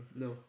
No